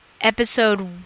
episode